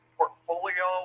portfolio